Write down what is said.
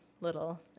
little